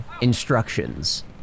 instructions